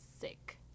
sick